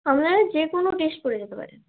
আপনারা যেকোনো ড্রেস পরে যেতে পারেন